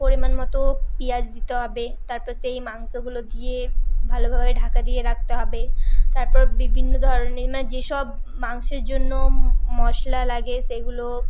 পরিমাণ মতো পেঁয়াজ দিতে হবে তারপর সেই মাংসগুলো দিয়ে ভালো ভাবে ঢাকা দিয়ে রাখতে হবে তারপর বিভিন্ন ধরনের মানে যেসব মাংসের জন্য মশলা লাগে সেগুলো